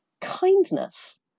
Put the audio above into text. kindness